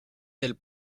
del